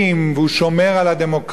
והוא שומר על הדמוקרטיה,